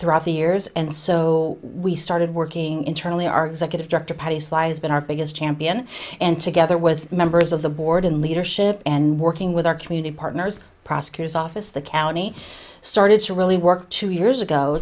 throughout the years and so we started working internally our executive director patty sly has been our biggest champion and together with members of the board in leadership and working with our community partners prosecutor's office the county started to really work two years ago